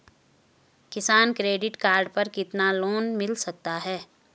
किसान credit card पर कितना लोंन मिल सकता है?